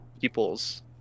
people's